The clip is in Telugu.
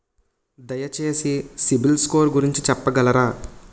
దయచేసి సిబిల్ స్కోర్ గురించి చెప్పగలరా?